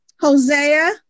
Hosea